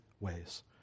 ways